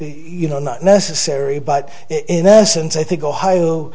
you know not necessary but in essence i think